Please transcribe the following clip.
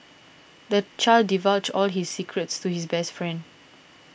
the child divulged all his secrets to his best friend